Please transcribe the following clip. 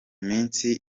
minsi